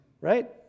right